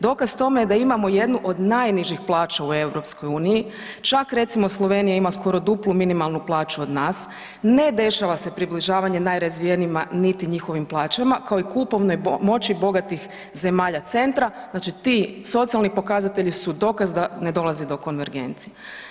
Dokaz tome je da imamo jednu od najnižih plaća u EU, čak recimo Slovenija ima skoro duplu minimalnu plaću od nas, ne dešava se približavanje najrazvijenijima niti njihovim plaćama kao i kupovnoj moći bogatih zemalja centra, znači ti socijalni pokazatelji su dokaz da ne dolazi do konvergencije.